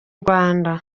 rwanda